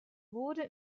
wurde